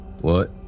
What